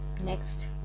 next